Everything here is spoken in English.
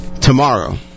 tomorrow